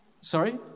sorry